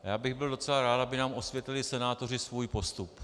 Já bych byl docela rád, aby nám osvětlili senátoři svůj postup.